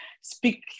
speak